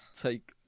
take